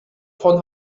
von